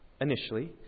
initially